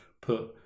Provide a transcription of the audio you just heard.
put